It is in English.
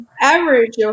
average